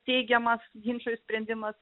teigiamas ginčo išsprendimas